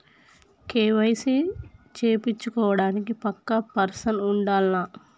KYC చేపిచ్చుకోవడానికి పక్కా person ఉండాల్నా?